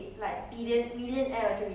你有没有想几时要 retire ah